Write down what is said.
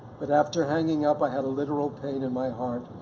but after hanging up i had a literal pain in my heart.